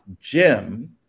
Jim